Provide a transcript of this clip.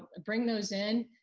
ah bring those in,